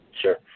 Sure